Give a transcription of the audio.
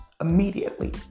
immediately